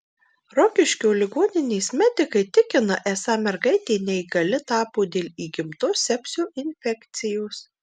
rokiškio ligoninės medikai tikina esą mergaitė neįgali tapo dėl įgimtos sepsio infekcijos